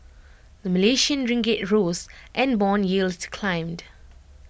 the Malaysian ringgit rose and Bond yields climbed